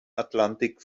atlantik